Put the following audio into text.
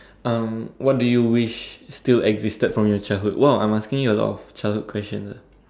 um what do you wish still existed from your childhood !wow! I'm asking you a lot of childhood questions ah